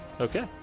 Okay